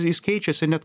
jis keičiasi net